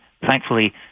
thankfully